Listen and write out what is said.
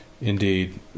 Indeed